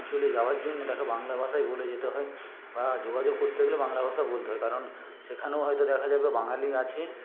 অঞ্চলে যাওয়ার জন্য তাকে বাংলা ভাষাই বলে যেতে হয় বা যোগাযোগ করতে গেলে বাংলা ভাষা বলতে হয় কারণ সেখানেও হয়তো দেখা যাবে বাঙালি আছে